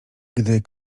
gdy